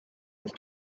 with